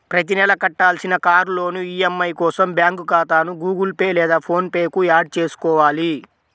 ప్రతి నెలా కట్టాల్సిన కార్ లోన్ ఈ.ఎం.ఐ కోసం బ్యాంకు ఖాతాను గుగుల్ పే లేదా ఫోన్ పే కు యాడ్ చేసుకోవాలి